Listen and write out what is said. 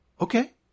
Okay